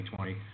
2020